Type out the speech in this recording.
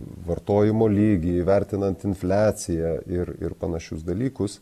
vartojimo lygį įvertinant infliaciją ir ir panašius dalykus